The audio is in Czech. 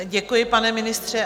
Děkuji, pane ministře.